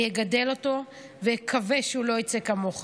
אני אגדל אותו ואקווה שהוא לא יצא כמוך.